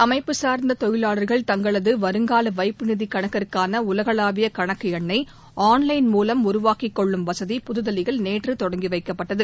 அமைப்புசார்ந்த தொழிலாளர்கள் தங்களது வருங்கால வைப்புநிதி கணக்கிற்கான உலகளாவிய கணக்கு எண்ண ஆன்லைன் மூலம் உருவாக்கிக் கொள்ளும் வசதி புதுதில்லியில் நேற்று தொடங்கி வைக்கப்பட்டது